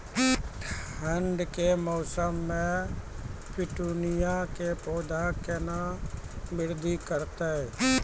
ठंड के मौसम मे पिटूनिया के पौधा केना बृद्धि करतै?